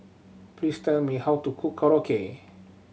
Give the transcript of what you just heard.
please tell me how to cook Korokke